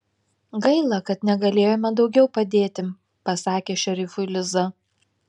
gaila kad negalėjome daugiau padėti pasakė šerifui liza